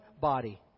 body